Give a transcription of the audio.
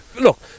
Look